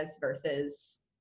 versus